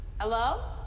Hello